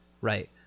Right